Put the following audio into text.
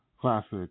classic